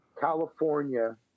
California